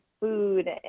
food